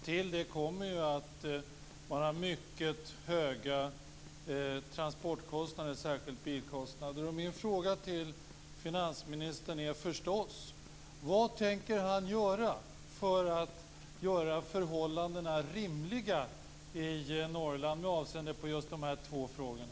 Till det kommer mycket höga transportkostnader, särskilt bilkostnader. Norrland med avseende på just de här två frågorna?